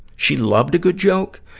she loved a good joke.